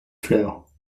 fleurs